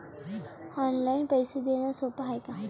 Online पैसे देण सोप हाय का?